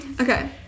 Okay